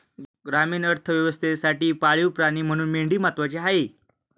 ग्रामीण अर्थव्यवस्थेसाठी पाळीव प्राणी म्हणून मेंढी महत्त्वाची आहे